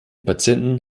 patienten